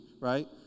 right